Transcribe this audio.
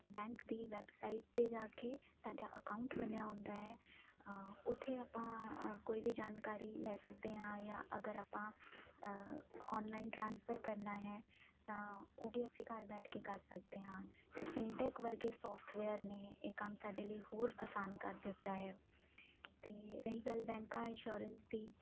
bank ਦੀ website 'ਤੇ ਜਾ ਕੇ ਸਾਡਾ ਅਕਾਊਂਟ ਬਣਿਆ ਹੁੰਦਾ ਹੈ ਉੱਥੇ ਆਪਾਂ ਕੋਈ ਵੀ ਜਾਣਕਾਰੀ ਲੈ ਸਕਦੇ ਹਾਂ ਜਾਂ ਅਗਰ ਆਪਾਂ ਆਨਲਾਈਨ ਟ੍ਰਾਂਸਫਰ ਕਰਨਾ ਹੈ ਤਾਂ ਉਹ ਵੀ ਅਸੀਂ ਘਰ ਬੈਠ ਕੇ ਕਰ ਸਕਦੇ ਹਾਂ ਅਤੇ ਫਿਨਟੈਕ ਵਰਗੇ ਸੋਫਟਵੇਅਰ ਨੇ ਇਹ ਕੰਮ ਸਾਡੇ ਲਈ ਹੋਰ ਆਸਾਨ ਕਰ ਦਿੱਤਾ ਹੈ ਅਤੇ ਰਹੀ ਗੱਲ ਬੈਂਕਾਂ ਇੰਸ਼ੋਰੈਂਸ ਦੀ